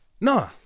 Nah